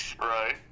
Right